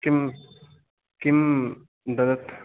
किम् किम् ददत्